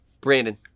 brandon